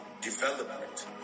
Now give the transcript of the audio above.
development